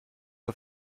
auf